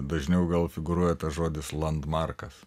dažniau gal figūruoja tas žodis landmarkas